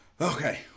Okay